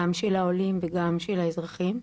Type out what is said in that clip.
גם של העולים וגם של האזרחים.